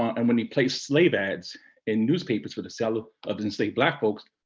and when he placed slave ads in newspapers for the sale of of in-state black folks,